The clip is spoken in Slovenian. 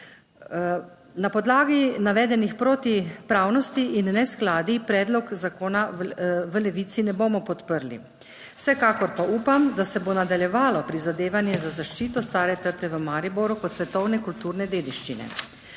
Na podlagi navedenih protipravnosti in neskladij predlog zakona v Levici ne bomo podprli. Vsekakor pa upam, da se bo nadaljevalo prizadevanje za zaščito stare trte v Mariboru kot svetovne kulturne 48.